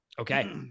Okay